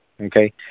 okay